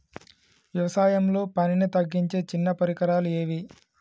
వ్యవసాయంలో పనిని తగ్గించే చిన్న పరికరాలు ఏవి?